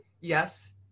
Yes